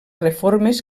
reformes